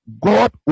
God